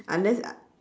unless I